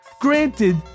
Granted